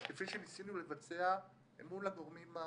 כפי שניסינו לבצע אל מול הגורמים המתאימים,